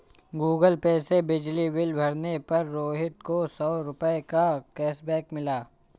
Google Pay से बिजली bill भरने पर रोहित को सौ रूपए का कैशबैक मिला